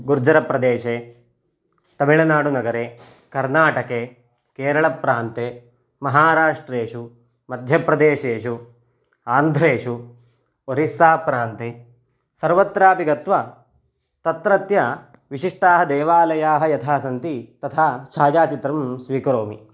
गुर्जरप्रदेशे तमिळनाडुनगरे कर्नाटके केरळप्रान्ते महाराष्ट्रेषु मध्यप्रदेशेषु आन्ध्रेषु ओरिस्साप्रान्ते सर्वत्रापि गत्वा तत्रत्य विशिष्टाः देवालयाः यथा सन्ति तथा छायाचित्रं स्वीकरोमि